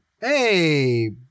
hey